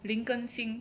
林根新